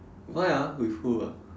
why ah with who ah